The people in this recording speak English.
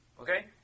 Okay